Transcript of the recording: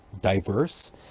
diverse